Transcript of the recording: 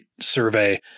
survey